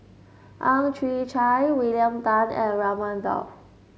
Ang Chwee Chai William Tan and Raman Daud